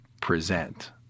present